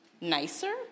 nicer